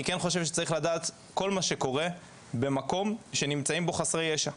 אני כן חושב שצריך לדעת כל מה שקורה במקום שנמצאים בו חסרי ישע.